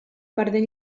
perdent